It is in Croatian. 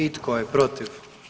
I tko je protiv?